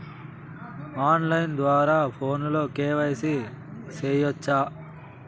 on line ద్వారా ఫోనులో KYC సేయొచ్చా